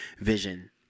vision